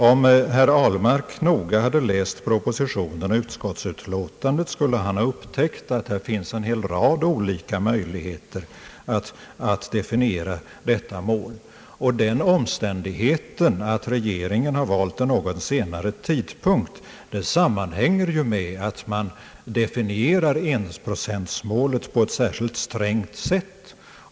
Om herr Ahlmark noga hade läst propositionen och utskottsutlåtandet skulle han ha upptäckt att det finns en hel rad olika möjligheter att definiera detta mål, och den omständigheten att regeringen har valt en något senare tidpunkt sammanhänger ju med att man definierar enprocentmålet på ett särskilt strängt sätt.